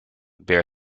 bear